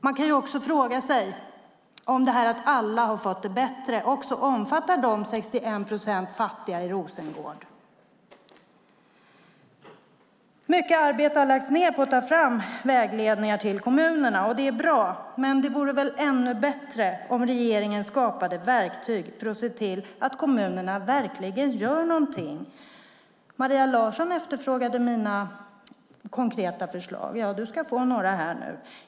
Man kan också fråga sig om det här att alla fått det bättre också omfattar de 61 procent som är fattiga i Rosengård. Mycket arbete har lagts ned på att ta fram vägledning till kommunerna, och det är bra. Men det vore väl ännu bättre om regeringen skapade verktyg för att se till att kommunerna verkligen gör någonting. Maria Larsson efterfrågade mina konkreta förslag. Du ska få några nu.